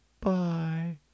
Bye